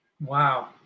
Wow